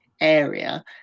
area